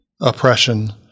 oppression